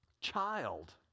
child